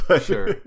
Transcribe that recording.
sure